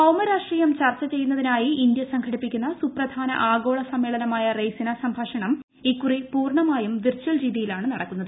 ഭൌമ രാഷ്ട്രീയം ചൂർച്ചു ചെയ്യുന്നതി നായി ഇന്ത്യ സംഘടിപ്പിക്കുന്ന സുപ്പശ്ശേന്റ് ആഗോള സമ്മേളനമായ റെയ്സിന സംഭാഷണം ഇക്കുറി ക്ഷൂർണ്ണമായും വിർച്ചൽ രീതിയി ലാണ് നടക്കുന്നത്